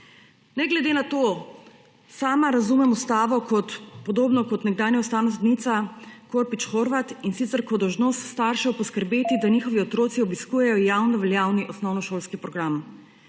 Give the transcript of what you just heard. Ne glede na to, sama razumem ustavo podobno kot nekdanja ustavna sodnica Korpič Horvat, in sicer ko je dolžnost staršev poskrbeti, da njihovi otroci obiskujejo javnoveljavni osnovnošolski program.